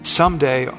someday